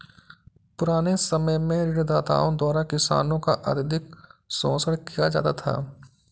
पुराने समय में ऋणदाताओं द्वारा किसानों का अत्यधिक शोषण किया जाता था